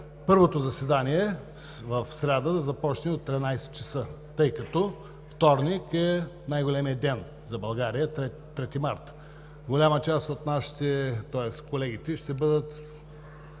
първото заседание в сряда да започне от 13,00 ч., тъй като вторник е най-големият ден за България – Трети март. Голяма част от колегите ще бъдат